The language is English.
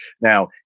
Now